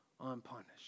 unpunished